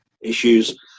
issues